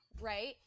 right